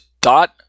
dot